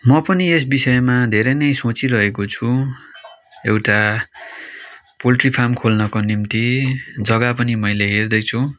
म पनि यस विषयमा धेरै नै सोचिरहेको छु एउटा पोल्ट्री फार्म खोल्नको निम्ति जग्गा पनि मैले हेर्दैछु